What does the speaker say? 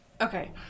Okay